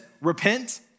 repent